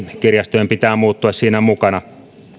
kirjastojen pitää muuttua siinä mukana